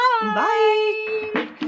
Bye